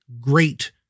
great